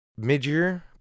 Midyear